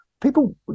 people